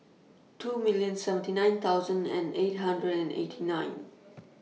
two million seventy nine thsoud and eight hundred and eight nine